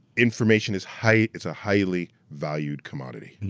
information is high, it's a highly valued commodity.